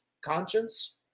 conscience